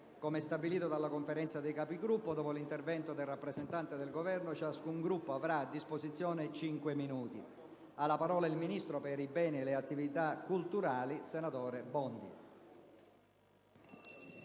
Come stabilito dalla Conferenza dei Capigruppo, dopo l'intervento del rappresentante del Governo, ciascun Gruppo avrà a disposizione cinque minuti. Ha facoltà di parlare il ministro per i beni e le attività culturali, onorevole Bondi.